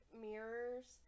mirrors